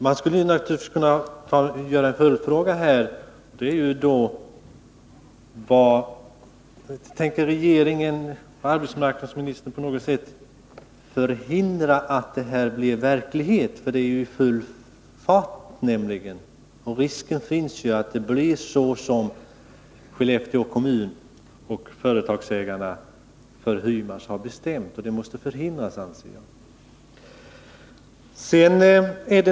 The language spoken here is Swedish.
Jag skulle naturligtvis kunna ställa en följdfråga här: Vad tänker regeringen och arbetsmarknadsministern göra för att förhindra att denna flyttning blir verklighet? Det är nämligen full fart, och risken finns att det blir så som Skellefteå kommun och ägarna till Hymas har bestämt. Det måste förhindras, anser jag.